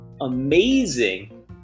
amazing